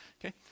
Okay